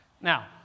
Now